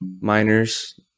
miners